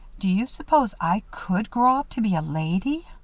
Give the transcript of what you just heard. do you s'pose i could grow up to be a lady?